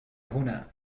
هنا